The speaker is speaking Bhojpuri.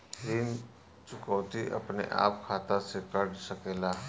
ऋण चुकौती अपने आप खाता से कट सकेला?